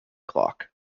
clock